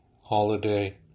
holiday